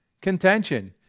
contention